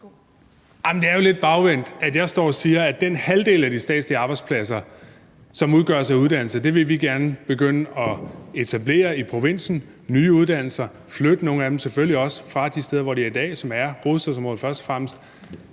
Det er jo lidt bagvendt, at jeg står og siger, at den halvdel af de statslige arbejdspladser, som udgøres af uddannelse, vil vi gerne begynde at etablere i provinsen – det er nye uddannelser – og selvfølgelig også flytte nogle af dem fra de steder, de er i dag, som først fremmest